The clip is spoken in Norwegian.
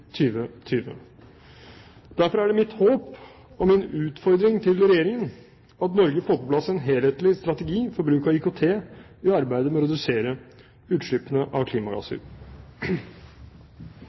Derfor er det mitt håp og min utfordring til Regjeringen at Norge får på plass en helhetlig strategi for bruk av IKT i arbeidet med å redusere utslippene av klimagasser.